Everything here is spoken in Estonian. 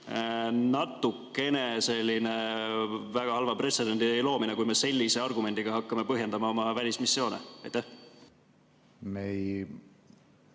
natukene selline väga halva pretsedendi loomine, kui me sellise argumendiga hakkame põhjendama oma välismissioone? Aitäh!